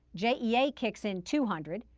jea yeah kicks in two hundred,